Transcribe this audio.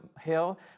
hill